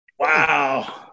Wow